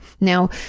Now